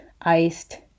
iced